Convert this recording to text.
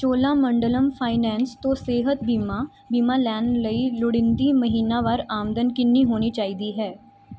Cholamandalam finance ਤੋਂ ਸਿਹਤ ਬੀਮਾ ਬੀਮਾ ਲੈਣ ਲਈ ਲੋੜੀਂਦੀ ਮਹੀਨਾਵਾਰ ਆਮਦਨ ਕਿੰਨੀ ਹੋਣੀ ਚਾਹੀਦੀ ਹੈ